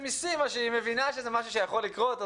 מסימה שהיא מבינה שזה משהו שיכול לקרות.